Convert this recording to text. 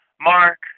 Mark